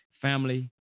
family